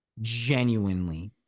genuinely